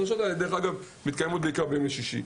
הדרשות האלה מתקיימות בעיקר בימי שישי.